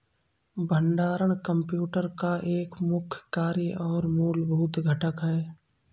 भंडारण कंप्यूटर का एक मुख्य कार्य और मूलभूत घटक है